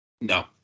No